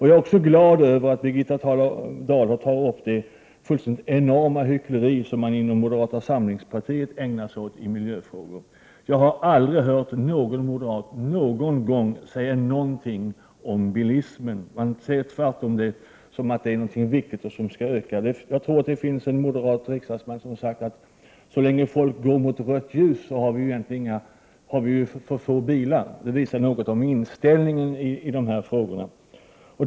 Jag är också glad över att Birgitta Dahl tar upp det enorma hyckleri som moderata samlingspartiet ägnar sig åt i energifrågor. Jag har aldrig hört någon moderat någon gång säga något negativt om bilismen. Man ser den tvärtom som någonting viktigt. Jag tror att det finns en moderat riksdagsman som har sagt att så länge folk går mot rött ljus har vi för få bilar. Det visar något om inställningen i dessa frågor.